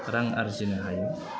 रां आरजिनो हायो